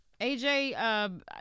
AJ